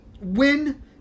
win